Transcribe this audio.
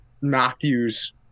Matthew's